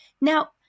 Now